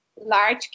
large